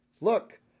Look